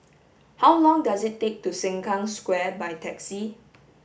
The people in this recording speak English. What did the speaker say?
how long does it take to Sengkang Square by taxi